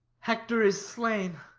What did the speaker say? hector is slain.